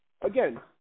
Again